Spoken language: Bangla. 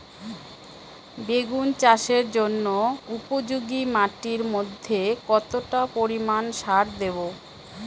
বেগুন চাষের জন্য উপযোগী মাটির মধ্যে কতটা পরিমান সার দেব?